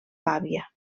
pavia